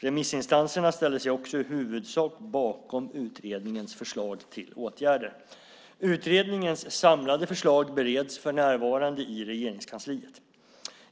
Remissinstanserna ställer sig också i huvudsak bakom utredningens förslag till åtgärder. Utredningens samlade förslag bereds för närvarande i Regeringskansliet.